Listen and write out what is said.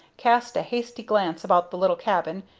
cast a hasty glance about the little cabin,